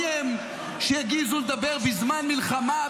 מי הם שיעזו לדבר בזמן מלחמה,